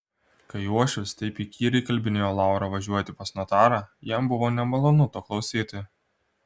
kai uošvis taip įkyriai įkalbinėjo laurą važiuoti pas notarą jam buvo nemalonu to klausyti